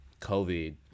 COVID